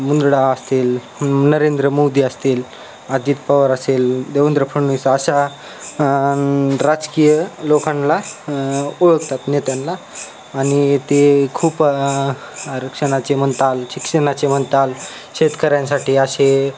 मुंदडा असतील नरेंद्र मोदी असतील आजित पवार असेल देवेंद्र फडणवीस अशा राजकीय लोकांना ओळखतात नेत्यांना आणि ते खूप आरक्षणाचे म्हणताल शिक्षणाचे म्हणताल शेतकऱ्यांसाठी असे